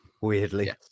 Weirdly